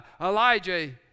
Elijah